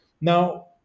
Now